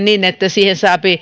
niin että siihen saa